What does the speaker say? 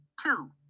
Two